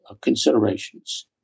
considerations